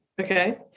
Okay